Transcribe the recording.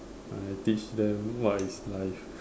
I teach them what is life